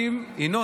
ינון,